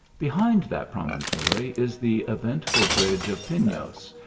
behind that promontory, is the eventful bridge of pinos,